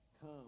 come